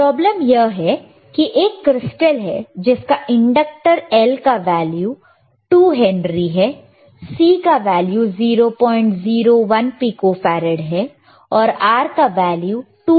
problem यह है कि एक क्रिस्टल है जिसका इंडक्टर L का वैल्यू 2 हेनरी है C का वैल्यू 001 पिको फेरेड है और R का वैल्यू 2 किलो ओहम है